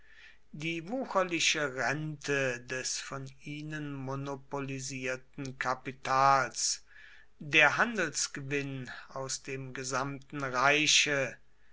die wucherliche rente des von ihnen monopolisierten kapitals der handelsgewinn aus dem gesamten reiche